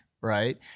right